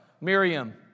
Miriam